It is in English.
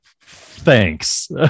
Thanks